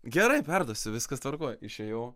gerai perduosiu viskas tvarkoj išėjau